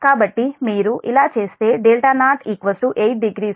కాబట్టి మీరు ఇలా చేస్తే 0 80 0